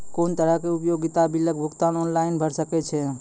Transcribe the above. कुनू तरहक उपयोगिता बिलक भुगतान ऑनलाइन भऽ सकैत छै?